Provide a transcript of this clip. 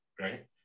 Right